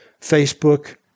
Facebook